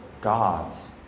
gods